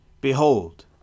Behold